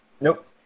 Nope